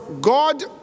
God